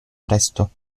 presto